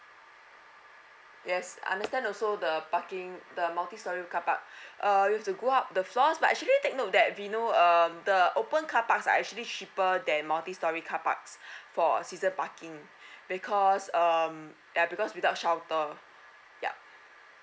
yes understand also the parking the multi storey carpark uh you've to go up the floors but actually take note that vino um the open carparks are actually cheaper than multi storey car parks for a season parking because um there because without shelter yup